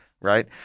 right